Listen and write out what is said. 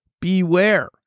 beware